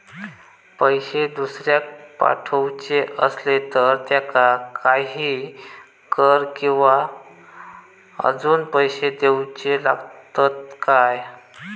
पैशे दुसऱ्याक पाठवूचे आसले तर त्याका काही कर किवा अजून पैशे देऊचे लागतत काय?